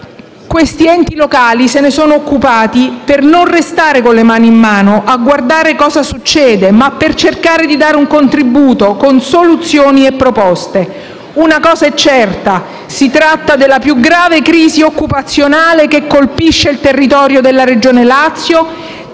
Questi enti locali se ne sono occupati per non restare con le mani in mano a guardare cosa succede, ma per cercare di dare un contributo con soluzioni e proposte. Una cosa è certa: si tratta della più grave crisi occupazionale che colpisce il territorio della Regione Lazio